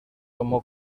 tomó